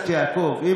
קצת